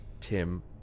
Tim